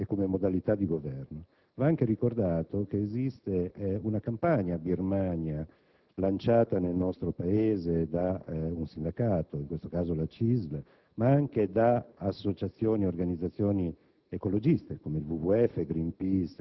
che ha imposto l'arbitrio come legge e come modalità di governo. Va anche ricordato che esiste una campagna in favore della Birmania lanciata nel nostro Paese da un sindacato, la CISL, ma anche da associazioni e organizzazioni